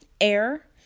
air